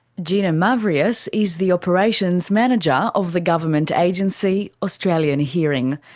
gina mavrias is the operations manager of the government agency australian hearing.